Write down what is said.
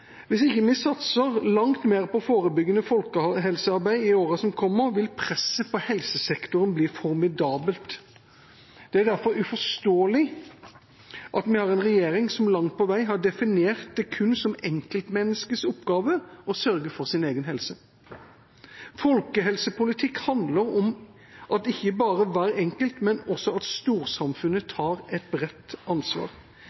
Hvis vi ikke satser langt mer på forebyggende folkehelsearbeid i årene som kommer, vil presset på helsesektoren bli formidabelt. Det er derfor uforståelig at vi har en regjering som langt på vei har definert det kun som enkeltmenneskets oppgave å sørge for sin egen helse. Folkehelsepolitikk handler om at ikke bare hver enkelt, men også storsamfunnet